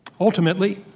Ultimately